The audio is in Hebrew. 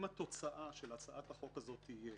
אם התוצאה של הצעת החוק הזו תהיה